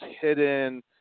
hidden